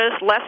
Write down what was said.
less